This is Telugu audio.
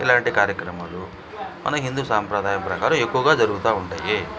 ఇలాంటి కార్యక్రమాలు మన హిందూ సాంప్రదాయ ప్రకారం ఎక్కువగా జరుగుతూ ఉంటాయి